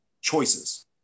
choices